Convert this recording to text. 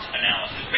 analysis